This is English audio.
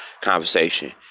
conversation